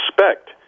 respect